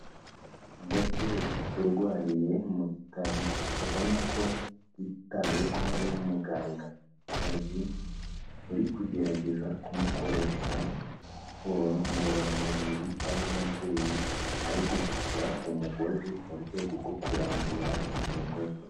Umubyeyi urwariye mu bitaro ubona ko yitaweho n'umugangakazi uri kugerageza kumukoresha siporo ngororamubiri, aho umubyeyi ari gukurura umugozi mu rwego rwo kurambura ingingo ze.